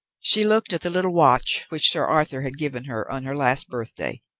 she looked at the little watch which sir arthur had given her on her last birthday.